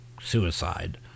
suicide